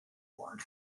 award